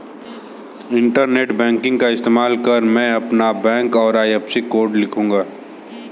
internet banking का इस्तेमाल कर मैं अपना बैंक और आई.एफ.एस.सी कोड लिखूंगा